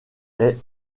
est